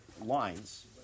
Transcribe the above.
lines